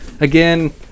again